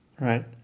Right